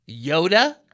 Yoda